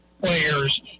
players